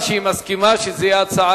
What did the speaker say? היא אמרה שהיא מסכימה שזאת תהיה הצעה